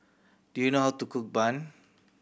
do you know how to cook bun